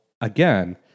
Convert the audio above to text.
again